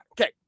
okay